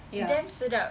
ya